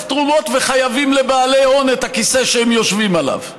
תרומות וחייבים לבעלי הון את הכיסא שהם יושבים עליו.